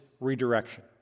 redirection